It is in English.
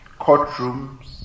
courtrooms